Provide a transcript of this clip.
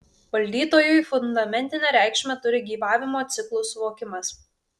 valdytojui fundamentinę reikšmę turi gyvavimo ciklų suvokimas